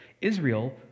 Israel